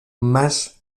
más